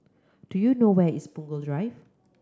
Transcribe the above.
do you know where is Punggol Drive